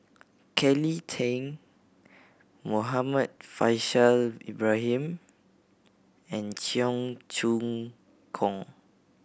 Kelly Tang Muhammad Faishal Ibrahim and Cheong Choong Kong